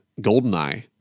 GoldenEye